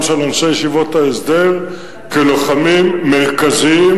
של אנשי ישיבות ההסדר כלוחמים מרכזיים